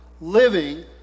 living